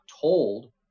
told